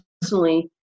personally